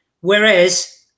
Whereas